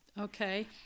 Okay